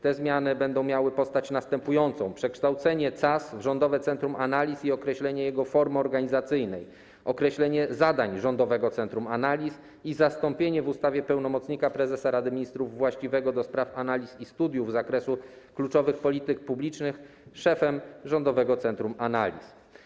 Te zmiany będą miały postać następującą: przekształcenie CAS w Rządowe Centrum Analiz i określenie jego formy organizacyjnej; określenie zadań Rządowego Centrum Analiz i zastąpienie w ustawie pełnomocnika prezesa Rady Ministrów właściwego do spraw analiz i studiów z zakresu kluczowych polityk publicznych szefem Rządowego Centrum Analiz.